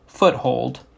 foothold